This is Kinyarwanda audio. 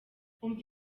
umva